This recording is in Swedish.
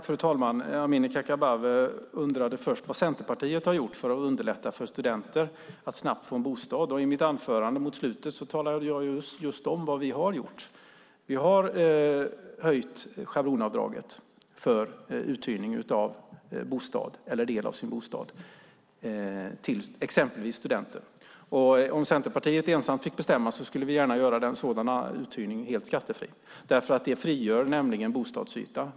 Fru talman! Amineh Kakabaveh undrade först vad Centerpartiet har gjort för att underlätta för studenter att snabbt få en bostad. I slutet av mitt anförande talade jag om vad vi har gjort. Vi har höjt schablonavdraget för uthyrning av bostad eller del av bostad till exempelvis studenter. Om Centerpartiet ensamt fick bestämma skulle vi gärna göra sådan uthyrning helt skattefri. Den frigör nämligen bostadsyta.